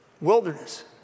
wilderness